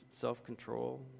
self-control